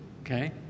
Okay